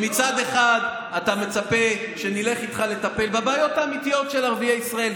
שמצד אחד אתה מצפה שנלך איתך לטפל בבעיות האמיתיות של ערביי ישראל,